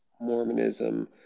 Mormonism